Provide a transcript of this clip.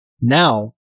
Now